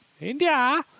India